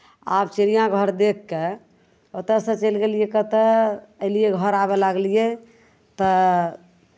आब चिड़ियाघर देखि कऽ ओतयसँ चलि गेलियै कतय अयलियै घर आबय लगलियै तऽ